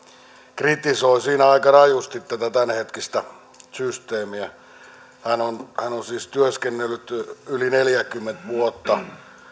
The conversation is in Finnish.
kritisoi siinä aika rajusti tätä tämänhetkistä systeemiä hän on hän on siis työskennellyt yli neljäkymmentä vuotta